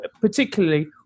particularly